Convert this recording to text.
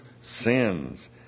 sins